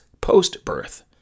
post-birth